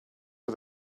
for